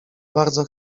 bardzo